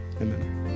Amen